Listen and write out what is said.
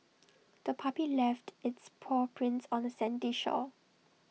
the puppy left its paw prints on the sandy shore